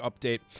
update